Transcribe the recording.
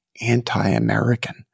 anti-american